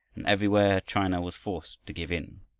and everywhere china was forced to give in.